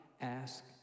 ask